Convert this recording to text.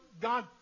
God